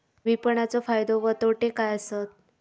विपणाचो फायदो व तोटो काय आसत?